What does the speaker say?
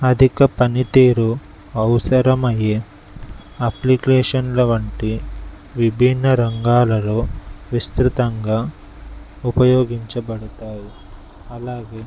అధిక పనితీరు అవసరమయ్యే అప్లికేషన్ల వంటి విభిన్న రంగాలలో విస్తృతంగా ఉపయోగించబడతాయి అలాగే